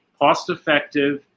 cost-effective